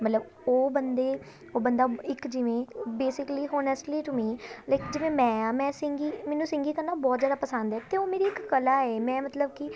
ਮਤਲਬ ਉਹ ਬੰਦੇ ਉਹ ਬੰਦਾ ਇੱਕ ਜਿਵੇਂ ਬੇਸਿਕਲੀ ਹੁਣ ਇਸ ਲਈ ਟੂ ਮੀਂ ਲਾਈਕ ਜਿਵੇਂ ਮੈਂ ਆ ਮੈਂ ਸਿੰਗੀ ਮੈਨੂੰ ਸਿੰਗੀ ਕਰਨਾ ਬਹੁਤ ਜ਼ਿਆਦਾ ਪਸੰਦ ਹੈ ਅਤੇ ਉਹ ਮੇਰੀ ਇੱਕ ਕਲਾ ਹੈ ਮੈਂ ਮਤਲਬ ਕਿ